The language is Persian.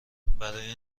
برای